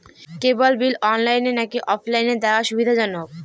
কেবল bill অনলাইনে নাকি অফলাইনে দেওয়া সুবিধাজনক?